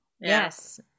Yes